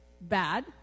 bad